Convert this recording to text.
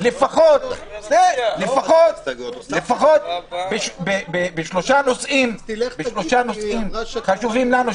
לפחות בשלושה נושאים חשובים לנו,